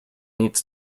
needs